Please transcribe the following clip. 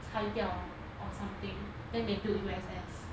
拆掉 or something then they took U_S_S